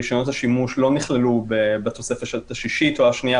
רישיונות השימוש לא נכללו בתוספת השישית או השנייה,